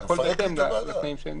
והכל בהתאם לתנאים שלהם.